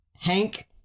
Hank